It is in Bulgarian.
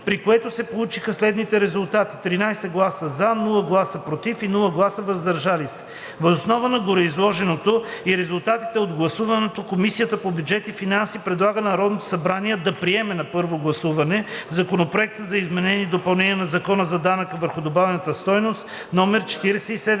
при което се получиха следните резултати: 13 гласа „за“, без „против“ и без „въздържал се“. Въз основа на гореизложеното и резултатите от гласуването Комисията по бюджет и финанси предлага на Народното събрание да приеме на първо гласуване Законопроект за изменение и допълнение на Закона за данък върху добавената стойност, № 47